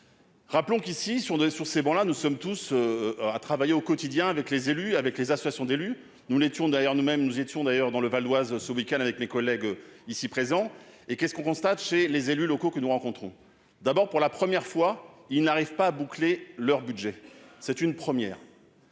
Rappelons qu'ici sont donnés sur ces bons, là nous sommes tous à travailler au quotidien avec les élus, avec les associations d'élus, nous l'étions d'ailleurs, nous-mêmes, nous étions d'ailleurs dans le Val-d Oise, ce week-end avec mes collègues ici présents et qu'est ce qu'on constate chez les élus locaux que nous rencontrons d'abord pour la première fois il n'arrive pas à boucler leur budget, c'est une première,